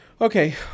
Okay